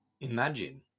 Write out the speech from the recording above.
Imagine